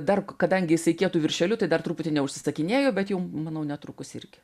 dar kadangi jisai kietu viršeliu tai dar truputį neužsisakinėju bet jau manau netrukus irgi